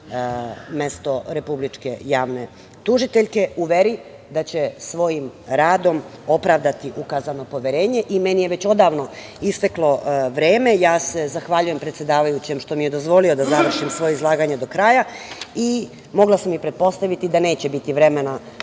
mesto republičke javne tužiteljke, u veri da će svojim radom opravdati ukazano poverenje. Meni je već odavno isteklo vreme, a ja se zahvaljujem predsedavajućem što mi je dozvolio da završim svoje izlaganje do kraja. Mogla sam i pretpostaviti da neće biti vremena